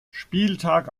spieltag